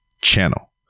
channel